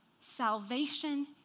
Salvation